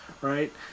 right